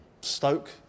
Stoke